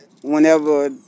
Whenever